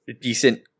decent